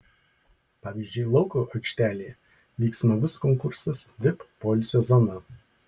pavyzdžiui lauko aikštelėje vyks smagus konkursas vip poilsio zona